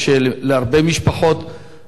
הדברים ברורים ומוחלטים.